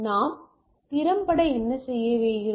நாம் திறம்பட என்ன செய்கிறோம்